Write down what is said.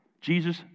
Jesus